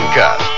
cut